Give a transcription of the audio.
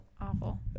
Awful